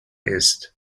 ist